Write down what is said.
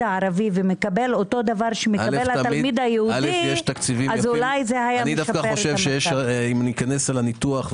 הערבי ומקבל אותו דבר שמקבל התלמיד היהודי- - אם ניכנס לניתוח,